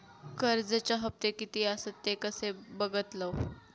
कर्जच्या हप्ते किती आसत ते कसे बगतलव?